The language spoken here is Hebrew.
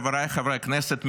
חבריי חברי הכנסת,